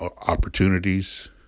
opportunities